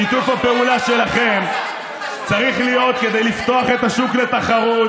שיתוף הפעולה שלכם צריך להיות כדי לפתוח את השוק לתחרות,